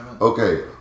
Okay